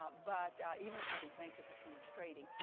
but even for these banks that have so much trading.